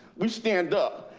we stand up.